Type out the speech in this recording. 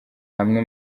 hamwe